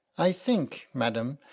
i think, madam,